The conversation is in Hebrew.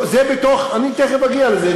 אני תכף אגיע לזה.